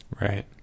Right